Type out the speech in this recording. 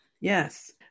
Yes